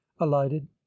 alighted